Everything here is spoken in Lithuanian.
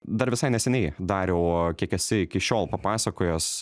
dar visai neseniai dariau a kiek esi iki šiol papasakojęs